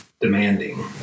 demanding